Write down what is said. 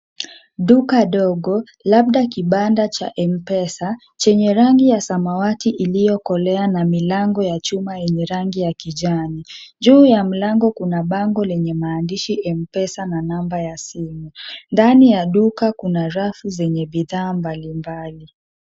Duka dogo labda kibanda cha M-Pesa chenye rangi ya samawati iliyokolea na milango ya chuma yenye rangi ya kijani. Juu ya mlango kuna bango lenye maandishi M-Pesa na namba ya simu. Ndani ya duka kuna rafu zenye bidhaa mbalimbali.